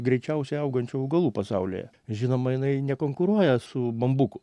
greičiausiai augančių augalų pasaulyje žinoma jinai nekonkuruoja su bambuku